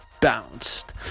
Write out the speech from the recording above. bounced